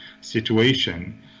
situation